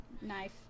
knife